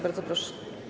Bardzo proszę.